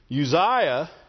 Uzziah